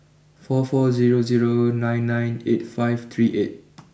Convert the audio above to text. four four zero zero nine nine eight five three eight